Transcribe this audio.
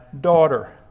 daughter